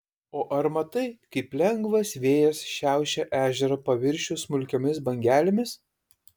o ar matai kaip lengvas vėjas šiaušia ežero paviršių smulkiomis bangelėmis